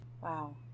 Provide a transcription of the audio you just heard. wow